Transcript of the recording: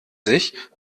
sich